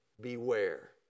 beware